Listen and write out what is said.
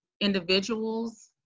individuals